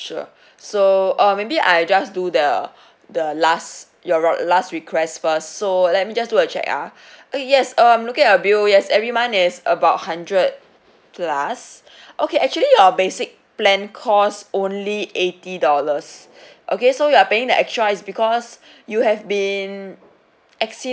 sure so uh maybe I just do the the last your rod~ last request first so let me just do a check ah eh yes um looking at your bill yes every month is about hundred plus okay actually your basic plan cost only eighty dollars okay so you are paying the extra is because you have been